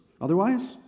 Otherwise